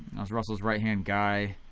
i was russell's right-hand guy.